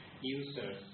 users